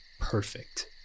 perfect